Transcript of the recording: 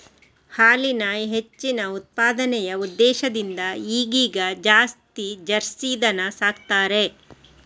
ಹಾಲಿನ ಹೆಚ್ಚಿನ ಉತ್ಪಾದನೆಯ ಉದ್ದೇಶದಿಂದ ಈಗೀಗ ಜಾಸ್ತಿ ಜರ್ಸಿ ದನ ಸಾಕ್ತಾರೆ